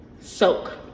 soak